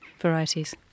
varieties